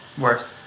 worse